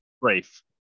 brief